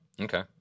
Okay